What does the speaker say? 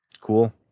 cool